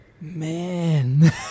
Man